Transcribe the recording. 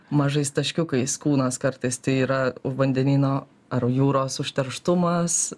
mažais taškiukais kūnas kartais tai yra vandenyno ar jūros užterštumas